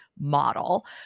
model